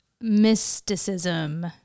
mysticism